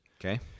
Okay